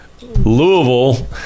Louisville